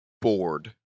bored